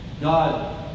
God